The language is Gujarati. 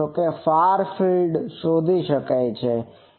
તમે ફાર ફિલ્ડ શોધી શકો છો